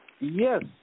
Yes